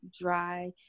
dry